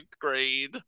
grade